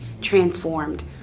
transformed